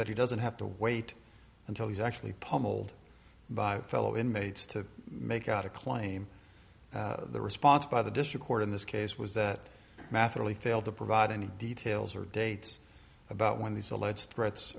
that he doesn't have to wait until he's actually pummeled by fellow inmates to make out a claim the response by the district court in this case was that math really failed to provide any details or dates about when these alleged threats